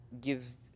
gives